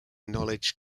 knowledge